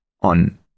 on